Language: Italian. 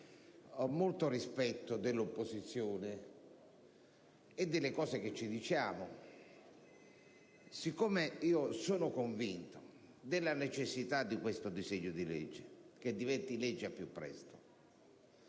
ho molto rispetto dell'opposizione e delle cose che ci diciamo. Sono convinto della necessità che questo disegno di legge diventi legge al più presto,